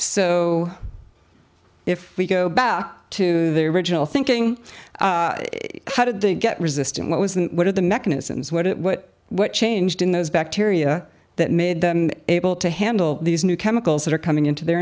so if we go back to their original thinking how did they get resistant what was and what are the mechanisms what it what what changed in those bacteria that made them able to handle these new chemicals that are coming into their